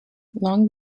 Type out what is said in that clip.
long